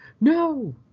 No